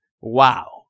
Wow